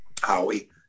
howie